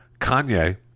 Kanye